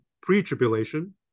pre-tribulation